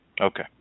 Okay